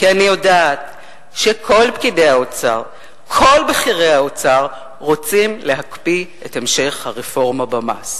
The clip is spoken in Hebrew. כי אני יודעת שכל בכירי האוצר רוצים להקפיא את המשך הרפורמה במס.